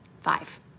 five